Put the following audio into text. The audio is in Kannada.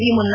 ಈ ಮುನ್ನ